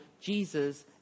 Jesus